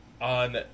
on